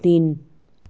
तिन